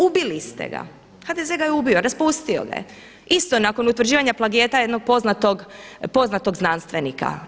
Ubili ste ga, HDZ ga je ubio, raspustio ga je isto nakon utvrđivanja plagijata jednog poznatog znanstvenika.